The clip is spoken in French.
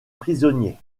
prisonniers